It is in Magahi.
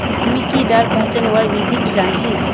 मी कीडाक पहचानवार विधिक जन छी